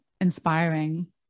inspiring